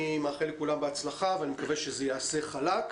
אני מאחל לכולם בהצלחה ומקווה שזה ייעשה חלק,